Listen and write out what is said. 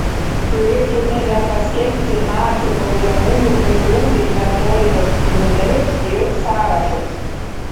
turėtumėme paskelbti nacių baudžiamųjų būrių inventorinius numerius ir sąrašus